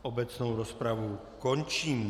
Obecnou rozpravu končím.